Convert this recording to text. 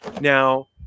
Now